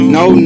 no